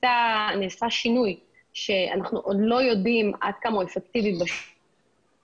שנעשה שינוי שאנחנו עוד לא יודעים עד כמה הוא אפקטיבי בשטח,